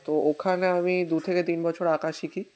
তো ওখানে আমি দু থেকে তিন বছর আঁকা শিখি